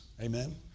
Amen